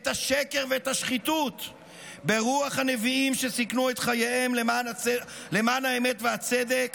את השקר ואת השחיתות"; "ברוח הנביאים שסיכנו את חייהם למען האמת והצדק,